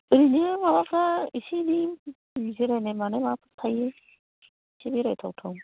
ओरैनो माबाफ्रा एसे एनै जिरायनाय मानाय माबाफोर थायो एसे बेरायथाव थाव